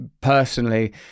personally